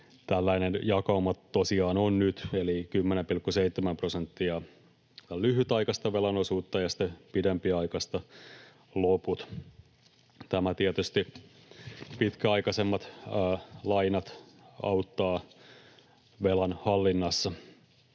Tällainen jakauma tosiaan on nyt eli 10,7 prosenttia lyhytaikaista velan osuutta ja sitten pidempiaikaista loput. Tietysti pitkäaikaisemmat lainat auttavat velan hallinnassa.